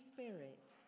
Spirit